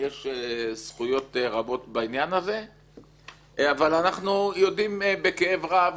יש לו זכויות רבות בעניין הזה אבל אנחנו יודעים בכאב רב